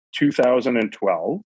2012